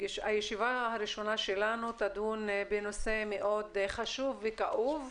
הישיבה הראשונה שלנו תדון בנושא מאוד חשוב וכאוב,